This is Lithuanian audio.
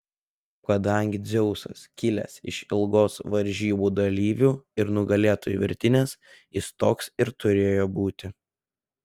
o kadangi dzeusas kilęs iš ilgos varžybų dalyvių ir nugalėtojų virtinės jis toks ir turėjo būti